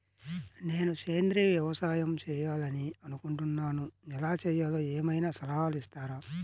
నేను సేంద్రియ వ్యవసాయం చేయాలి అని అనుకుంటున్నాను, ఎలా చేయాలో ఏమయినా సలహాలు ఇస్తారా?